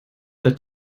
the